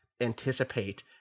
anticipate